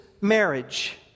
marriage